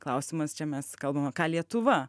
klausimas čia mes kalbam ką lietuva